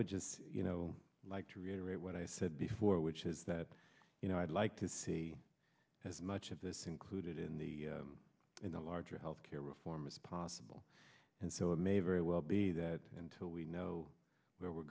would just you know like to reiterate what i said before which is that you know i'd like to see as much of this included in the in the larger health care reform as possible and so it may very well be that until we know where we're